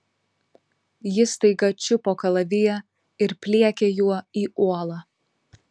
ji staiga čiupo kalaviją ir pliekė juo į uolą